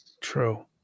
True